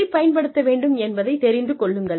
எதைப் பயன்படுத்த வேண்டும் என்பதைத் தெரிந்து கொள்ளுங்கள்